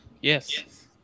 Yes